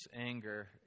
anger